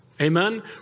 Amen